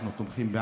אנחנו תומכים,